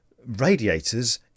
radiators